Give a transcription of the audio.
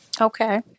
Okay